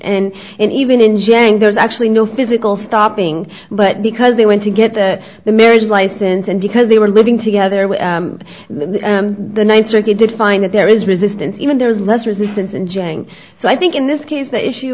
and and even in jan there's actually no physical stopping but because they went to get that the marriage license and because they were living together with the ninth circuit to find that there is resistance even there is less resistance in genk so i think in this case the issue